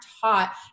taught